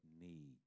need